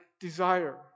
desire